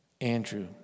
Andrew